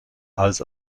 als